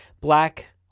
black